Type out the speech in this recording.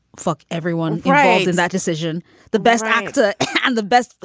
fuck everyone does that decision the best actor and the best.